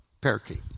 parakeet